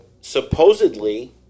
supposedly